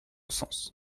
sens